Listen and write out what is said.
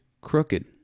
crooked